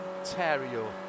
Ontario